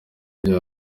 byo